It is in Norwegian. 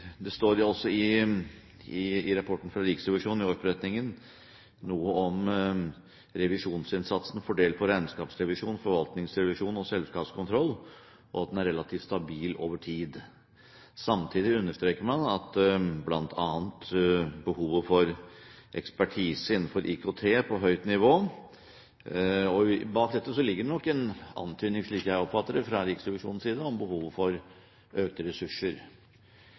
Det står også i årsberetningen fra Riksrevisjonen noe om revisjonsinnsatsen fordelt på regnskapsrevisjon, forvaltningsrevisjon og selskapskontroll, og at den er relativt stabil over tid. Samtidig understreker man bl.a. behovet for ekspertise innenfor IKT på høyt nivå. Bak dette ligger det nok en antydning fra Riksrevisjonens side, slik jeg oppfatter det, om behovet for økte ressurser.